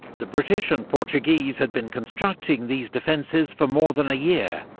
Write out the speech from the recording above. the british and portuguese had been constructing these defences for more than a year.